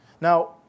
Now